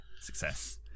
success